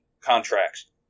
contracts